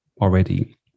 already